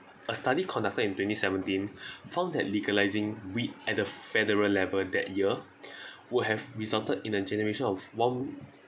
a study conducted in twenty seventeen found that legalising weed at the federal level that year would have resulted in a generation of one